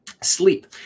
Sleep